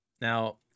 Now